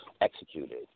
executed